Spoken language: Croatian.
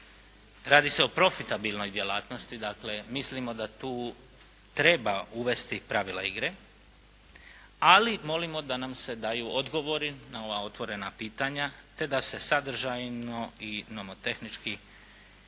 Radi se o profitabilnoj djelatnosti, dakle mislimo da tu treba uvesti pravila igra, ali molimo da nam se daju odgovori na ova otvorena pitanja te da se sadržajno i nomotehnički neki